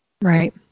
Right